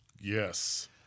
Yes